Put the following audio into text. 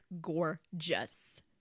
gorgeous